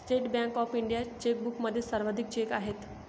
state bank of इंडियाच्या चेकबुकमध्ये सर्वाधिक चेक आहेत